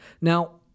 Now